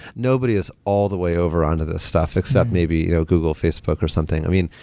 nobody has all the way over onto this stuff, except maybe you know google, facebook or something. i mean,